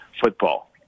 football